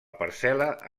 parcel·la